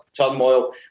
turmoil